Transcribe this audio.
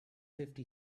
fifty